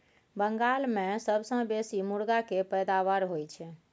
बंगाल मे सबसँ बेसी मुरगा केर पैदाबार होई छै